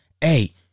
Hey